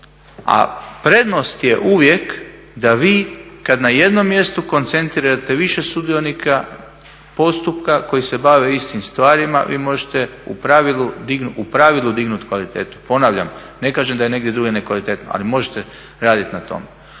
A prednost je uvijek da vi kada na jednom mjestu koncentrirate više sudionika postupka koji se bave istim stvarima vi možete u pravilu dignuti kvalitetu. Ponavljam, ne kažem da je negdje drugdje nekvalitetno ali možete raditi na tom.